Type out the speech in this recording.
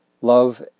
love